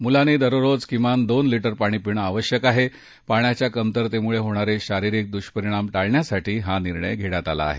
मुलांनी दररोज किमान दोन लीटर पाणी पिणं आवश्यक आहे पाण्याच्या कमतरतेमुळे होणारे शारीरिक दुष्परिणाम टाळण्यासाठी हा निर्णय घेतला आहे